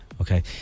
Okay